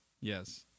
Yes